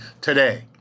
today